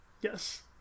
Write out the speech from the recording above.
Yes